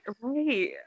right